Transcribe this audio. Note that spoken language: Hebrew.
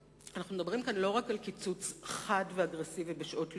ואנחנו מדברים כאן לא רק על קיצוץ חד ואגרסיבי בשעות לימוד,